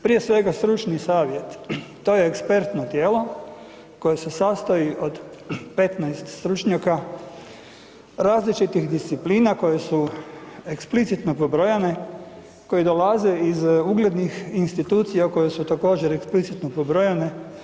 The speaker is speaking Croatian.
Prije svega, stručni savjet, to je ekspertno tijelo koje se sastoji od 15 stručnjaka različitih disciplina koje su eksplicitno pobrojane koje dolaze iz uglednih institucija koje su također, eksplicitno pobrojane.